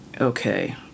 Okay